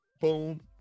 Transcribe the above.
boom